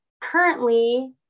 currently